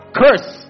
curse